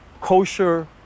kosher